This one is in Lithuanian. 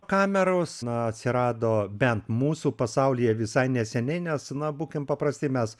kameros na atsirado bent mūsų pasaulyje visai neseniai nes na būkim paprasti mes